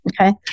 Okay